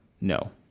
No